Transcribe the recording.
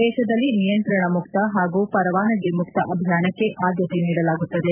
ದೇಶದಲ್ಲಿ ನಿಯಂತ್ರಣಮುಕ್ತ ಹಾಗೂ ಪರವಾನಗಿ ಮುಕ್ತ ಅಭಿಯಾನಕ್ಕೆ ಆದ್ಯತೆ ನೀಡಲಾಗುತ್ತದೆ